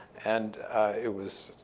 and it was